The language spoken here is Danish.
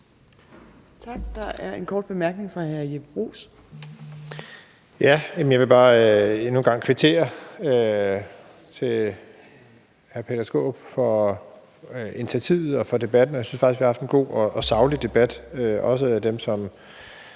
Tak. Der er en kort bemærkning fra hr. Jeppe Bruus. Kl. 11:22 Jeppe Bruus (S): Jeg vil bare endnu en gang kvittere hr. Peter Skaarup for initiativet og for debatten. Jeg synes faktisk, vi har haft en god og saglig debat, og det